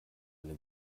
eine